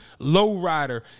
lowrider